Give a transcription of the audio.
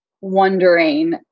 wondering